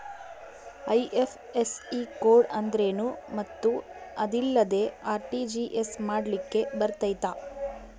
IFSC code ಅಂದ್ರೇನು ಮತ್ತು ಅದಿಲ್ಲದೆ ಆರ್.ಟಿ.ಜಿ.ಎಸ್ ಮಾಡ್ಲಿಕ್ಕೆ ಬರ್ತೈತಾ?